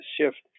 shift